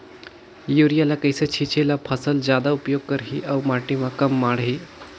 Urea ल कइसे छीचे ल फसल जादा उपयोग करही अउ माटी म कम माढ़ही?